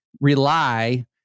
rely